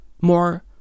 more